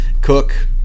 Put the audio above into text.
Cook